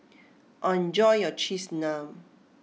enjoy your Cheese Naan